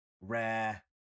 rare